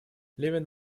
левин